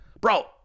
bro